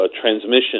transmission